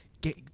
get